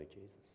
jesus